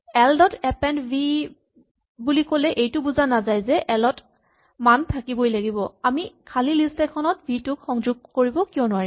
L dot append V বুলি ক'লে এইটো বুজা নাযায় যে এল ত মান থাকিবই লাগিব আমি খালী লিষ্ট এখনত ভি টোক সংযোগ কৰিব কিয় নোৱাৰিম